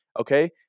okay